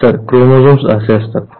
तर क्रोमोझोम्स असे असतात